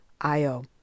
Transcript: Io